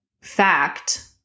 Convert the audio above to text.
fact